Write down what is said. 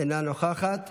אינה נוכחת.